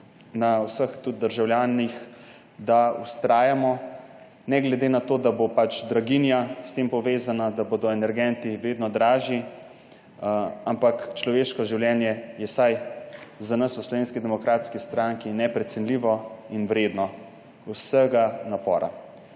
na vseh državljanih, da vztrajamo ne glede na to, da bo s tem povezana draginja, da bodo energenti vedno dražji. Človeško življenje je vsaj za nas v Slovenski demokratski stranki neprecenljivo in vredno vsega napora.